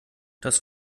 das